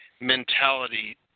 mentality